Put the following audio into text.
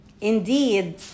Indeed